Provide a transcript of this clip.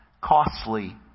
costly